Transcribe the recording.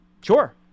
Sure